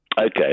Okay